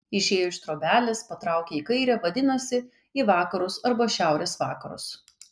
išėjo iš trobelės patraukė į kairę vadinasi į vakarus arba šiaurės vakarus